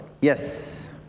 Yes